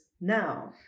now